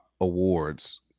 awards